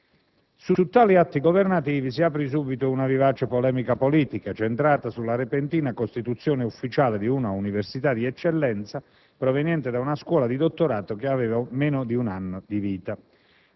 Su tali atti governativi si aprì subito una vivace polemica politica, centrata sulla repentina costituzione ufficiale di una università di eccellenza proveniente da una scuola di dottorato che aveva meno di un anno di vita.